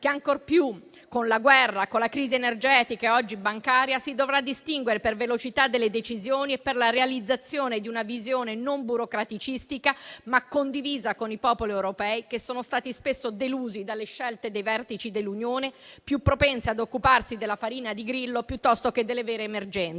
che ancor più con la guerra, con la crisi energetica e oggi bancaria, si dovrà distinguere per la velocità delle decisioni e per la realizzazione di una visione non burocraticistica, ma condivisa con i popoli europei che sono stati spesso delusi dalle scelte dei vertici dell'Unione, più propensi ad occuparsi della farina di grillo piuttosto che delle vere emergenze.